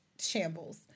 shambles